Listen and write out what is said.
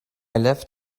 left